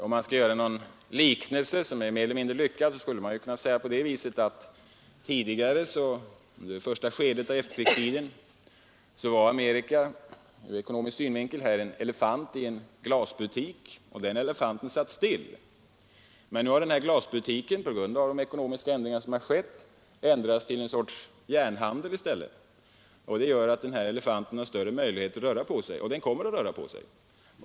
Om man skall göra en mer eller mindre lyckad liknelse, så skulle man kunna säga att under det första skedet av efterkrigstiden var Amerika ur ekonomisk synvinkel en elefant i en glasbutik, och den elefanten satt stilla. Men nu har den här glasbutiken, på grund av de ekonomiska ändringar som skett, blivit en järnhandel i stället, och det gör att elefanten har större möjlighet att röra på sig — och den kommer att röra på sig.